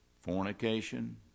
fornication